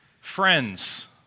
friends